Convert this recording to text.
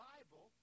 Bible